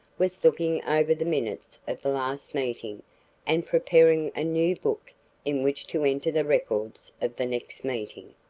was looking over the minutes of the last meeting and preparing a new book in which to enter the records of the next meeting.